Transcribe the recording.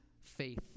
faith